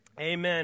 Amen